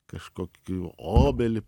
kažkokių obelį